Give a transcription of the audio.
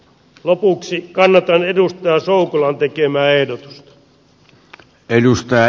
lopuksi kannatan edustaja soukolan tekemää ehdotusta